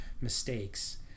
mistakes